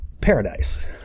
paradise